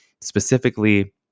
Specifically